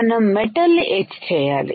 మనం మెటల్ ని ఎచ్చేయాలి